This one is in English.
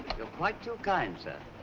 you're quite too kind, sir.